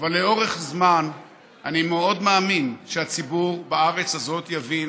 אבל לאורך זמן אני מאוד מאמין שהציבור בארץ הזאת יבין